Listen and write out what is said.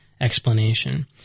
explanation